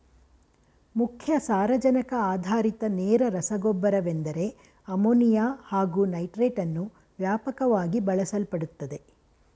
ಮುಖ್ಯ ಸಾರಜನಕ ಆಧಾರಿತ ನೇರ ರಸಗೊಬ್ಬರವೆಂದರೆ ಅಮೋನಿಯಾ ಹಾಗು ನೈಟ್ರೇಟನ್ನು ವ್ಯಾಪಕವಾಗಿ ಬಳಸಲ್ಪಡುತ್ತದೆ